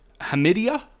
Hamidia